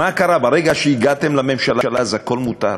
מה קרה, ברגע שהגעתם לממשלה הכול מותר?